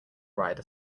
ride